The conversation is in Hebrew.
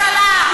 ראש הממשלה,